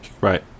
Right